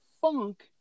funk